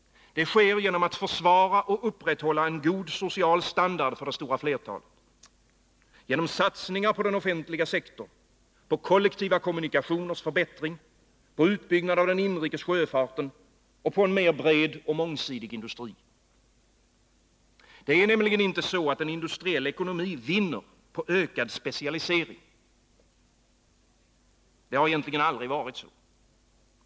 Det sker genom att man försvarar och upprätthåller en god social standard för det stora flertalet, genom satsningar på den offentliga sektorn, på förbättring av kollektiva kommunikationer, på utbyggnad av den inrikes sjöfarten och på en mer bred och mångsidig industri. Det är nämligen inte så att en industriell ekonomi vinner på ökad specialisering. Det har egentligen aldrig varit så.